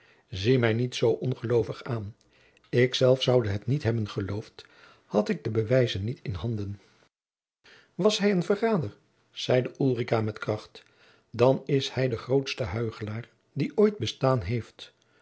zie mij niet zoo ongeloovig aan ik zelf zoude het niet hebben geloofd had ik de bewijzen niet in handen was hij een verrader zeide ulrica met kracht dan is hij de grootste huichelaar die ooit bestaan heeft